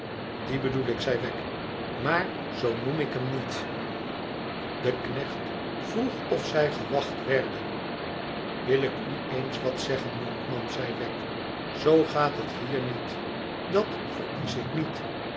dien bedoel ik zei wegg maar zoo noem ik hem niet de knecht vroeg of zij gewacht werden wil ik u eens wat zeggen jonkman zei wegg zoo gaat het hier niet dat verkies ik niet